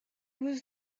was